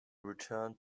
returned